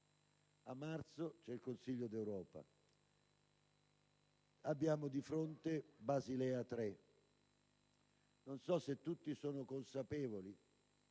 A marzo si terrà il Consiglio europeo. Abbiamo di fronte Basilea 3. Non so se tutti sono consapevoli